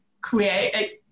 create